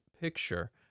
picture